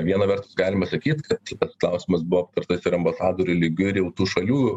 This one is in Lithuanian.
viena vertus galima sakyt kad klausimas buvo aptartas ir ambasadorių lygiu ir jau tų šalių